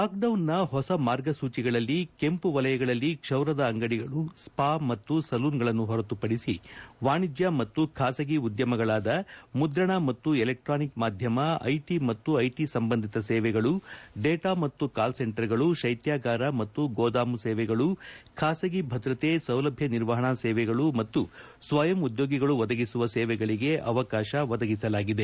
ಲಾಕ್ಡೌನ್ನ ಹೊಸ ಮಾರ್ಗಸೂಚಿಗಳಲ್ಲಿ ಕೆಂಪು ವಲಯಗಳಲ್ಲಿ ಕ್ಷಾರದ ಅಂಗಡಿಗಳು ಸ್ವಾ ಮತ್ತು ಸಲೂನ್ಗಳನ್ನು ಹೊರತು ಪಡಿಸಿ ವಾಣಿಜ್ಯ ಮತ್ತು ಖಾಸಗಿ ಉದ್ದಮಗಳಾದ ಮುದ್ರಣ ಮತ್ತು ಎಲೆಕ್ಟಾನಿಕ್ ಮಾಧ್ಯಮ ಐಟಿ ಮತ್ತು ಐಟಿ ಸಂಬಂಧಿತ ಸೇವೆಗಳು ಡೇಟಾ ಮತ್ತು ಕಾಲ್ ಸೆಂಟರ್ಗಳು ಶೈತ್ಯಾಗಾರ ಮತ್ತು ಗೋದಾಮು ಸೇವೆಗಳು ಖಾಸಗಿ ಭದ್ರತೆ ಸೌಲಭ್ಯ ನಿರ್ವಹಣಾ ಸೇವೆಗಳು ಮತ್ತು ಸ್ವಯಂ ಉದ್ಯೋಗಿಗಳು ಒದಗಿಸುವ ಸೇವೆಗಳಿಗೆ ಅವಕಾಶ ಒದಗಿಸಲಾಗಿದೆ